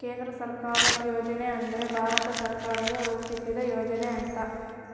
ಕೇಂದ್ರ ಸರ್ಕಾರದ್ ಯೋಜನೆ ಅಂದ್ರ ಭಾರತ ಸರ್ಕಾರ ರೂಪಿಸಿದ್ ಯೋಜನೆ ಅಂತ